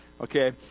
Okay